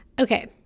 okay